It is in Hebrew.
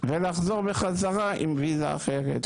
ולחזור בחזרה עם ויזה אחרת,